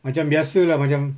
macam biasa lah macam